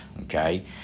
Okay